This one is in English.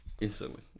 instantly